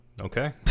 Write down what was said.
Okay